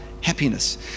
happiness